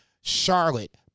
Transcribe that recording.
Charlotte